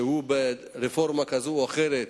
שברפורמה כזאת או אחרת,